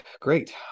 great